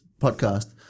podcast